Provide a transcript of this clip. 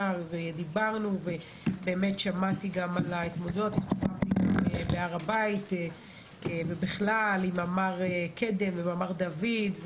דיברנו ושמעתי על ההתמודדויות והסתובבתי בהר הבית עם ממ"ר קדם ודוד.